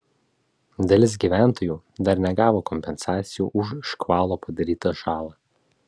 dalis gyventojų dar negavo kompensacijų už škvalo padarytą žalą